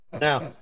Now